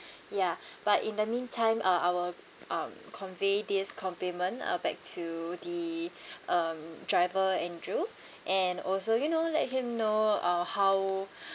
ya but in the meantime uh I will um convey this compliment uh back to the um driver andrew and also you know let him know uh how